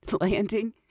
landing